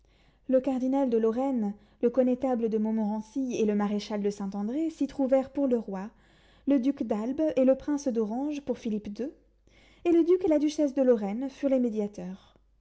le cardinal de lorraine le connétable de montmorency et le maréchal de saint-andré s'y trouvèrent pour le roi le duc d'albe et le prince d'orange pour philippe ii et le duc et la duchesse de lorraine furent les médiateurs